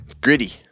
gritty